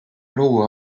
luua